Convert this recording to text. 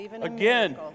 Again